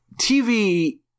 TV